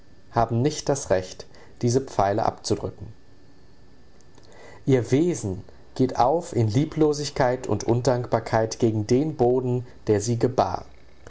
haben nicht das recht diese pfeile abzudrücken ihr wesen geht auf in lieblosigkeit und undankbarkeit gegen den boden der sie gebar